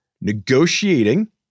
negotiating